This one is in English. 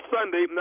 Sunday